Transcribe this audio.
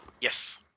Yes